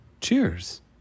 Cheers